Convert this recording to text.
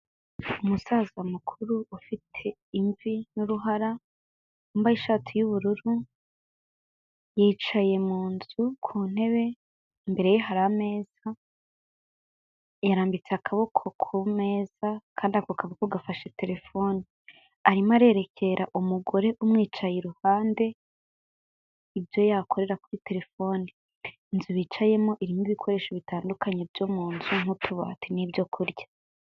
Umusaza mukuru ufite imvi n'uruhara, wambaye ishati y'ubururu, yicaye mu nzu ku ntebe, imbere ye hari ameza, yarambitse akaboko ku meza kandi ako kaboko gafashe telefoni. Arimo arerekera umugore umwicaye iruhande, ibyo yakorera kuri telefoni. Inzu bicayemo irimo ibikoresho bitandukanye byo mu nzu nk'utubati n'ibyo kurya.